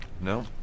No